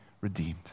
redeemed